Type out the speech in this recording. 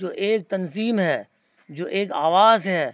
جو ایک تنظیم ہے جو ایک آواز ہے